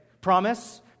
Promise